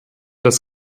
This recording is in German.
das